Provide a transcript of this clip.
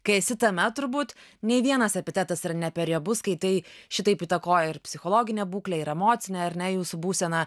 kai esi tame turbūt nei vienas epitetas yra ne per riebus kai tai šitaip įtakoja ir psichologinę būklę ir emocinę ar ne jūsų būseną